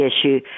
issue